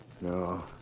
No